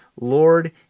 Lord